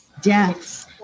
deaths